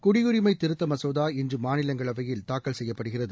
குடியுரிமைத் திருத்த மசோதா இன்று மாநிலங்களவையில் தாக்கல் செய்யப்படுகிறது